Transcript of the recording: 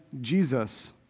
Jesus